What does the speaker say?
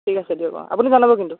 ঠিক আছে দিয়ক অ' আপুনি জনাব কিন্তু